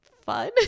fun